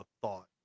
thought